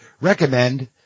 recommend